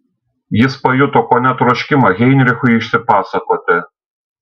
jis pajuto kone troškimą heinrichui išsipasakoti